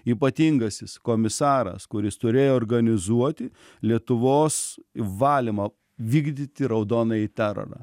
ypatingasis komisaras kuris turėjo organizuoti lietuvos valymą vykdyti raudonąjį terorą